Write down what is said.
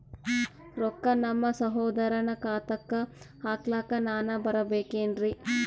ರೊಕ್ಕ ನಮ್ಮಸಹೋದರನ ಖಾತಾಕ್ಕ ಹಾಕ್ಲಕ ನಾನಾ ಬರಬೇಕೆನ್ರೀ?